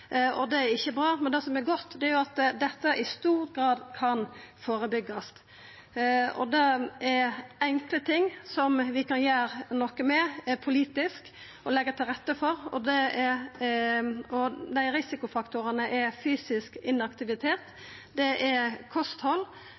og det er ikkje bra. Men det som er godt, er at dette i stor grad kan førebyggjast; det er ting som vi enkelt kan gjera noko med politisk og leggja til rette for. Risikofaktorane er fysisk inaktivitet, det er kosthald, det er rusmidlar, og det er